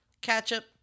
ketchup